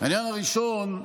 העניין הראשון,